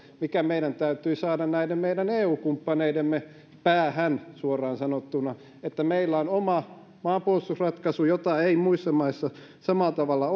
mikä meidän täytyi saada näiden meidän eu kumppaneidemme päähän suoraan sanottuna se että meillä on oma maanpuolustusratkaisu jota ei muissa maissa samalla tavalla